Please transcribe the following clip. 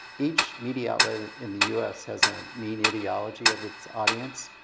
each media outlet in the us has a mean ideology of its audience.